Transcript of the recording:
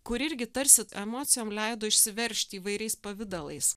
kur irgi tarsi emocijom leido išsiveržti įvairiais pavidalais